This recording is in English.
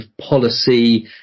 policy